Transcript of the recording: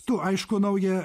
tu aišku naują